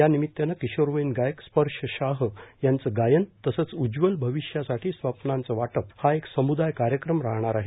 या निमित्तानं किशोरवयीन गायक स्पर्श शाह यांचं गायन तसंच उज्ज्वल भविष्यासाठी स्वप्नांचं वाटप हा एक सम्दाय कार्यक्रम राहणार आहे